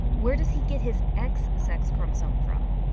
where does he get his x sex chromosome from?